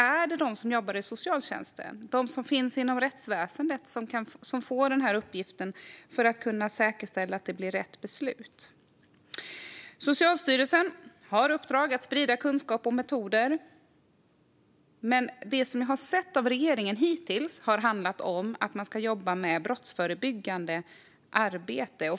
Är det de som jobbar inom socialtjänsten, som finns inom rättsväsendet, som får den uppgiften för att kunna säkerställa att det blir rätt beslut? Socialstyrelsen har i uppdrag att sprida kunskap och metoder. Men det vi har sett från regeringen hittills har handlat om att jobba med brottsförebyggande arbete.